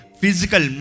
physical